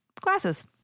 Glasses